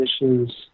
issues